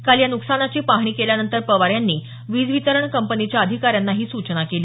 काल या नुकसानाची पाहणी केल्यानंतर पवार यांनी वीज वितरण कंपनीच्या अधिकाऱ्यांना ही सूचना केली